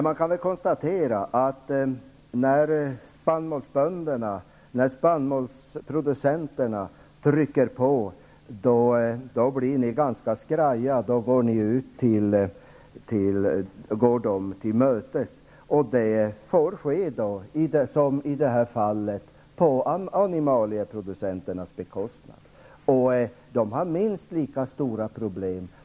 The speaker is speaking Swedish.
Man kan väl konstatera att ni blir ganska skraja när spannmålsproducenterna trycker och går dem till mötes. Det får ske -- i det här fallet -- på animalieproducenternas bekostnad. De har minst lika stora problem.